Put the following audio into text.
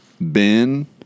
Ben